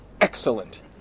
Excellent